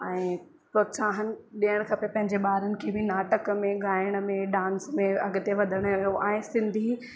ऐं प्रोत्साहनु ॾियणु खपे पंहिंजे ॿारनि खे बि नाटक में ॻाइण में डांस में अॻिते वधण जो आहे सिंधी